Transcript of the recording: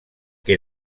que